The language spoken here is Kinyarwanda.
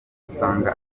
dusanga